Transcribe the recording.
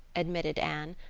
admitted anne,